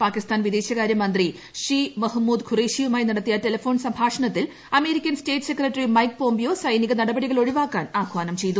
പാകിസ്ഥാൻ വിദേശകാര്യമന്ത്രി ഷീ മഹ്മൂദ് ഖുറേഷിയുമായി നടത്തിയ ടെലഫോൺ സംഭാഷണത്തിൽ American state secretary Mike Pompeo സൈനിക നടപടികൾ ഒഴിവാക്കാൻ ആഹ്വാനം ചെയ്തു